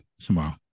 Tomorrow